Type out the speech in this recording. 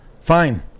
Fine